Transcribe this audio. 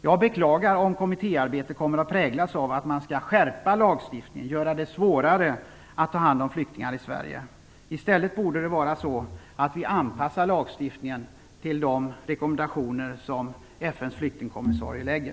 Jag beklagar om kommittéarbetet kommer att präglas av att man skall skärpa lagstiftningen och göra det svårare att ta hand om flyktingar i Sverige. Det borde i stället vara så att vi anpassar lagstiftningen till de rekommendationer som FN:s flyktingkommissarie ger.